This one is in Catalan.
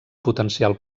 potencial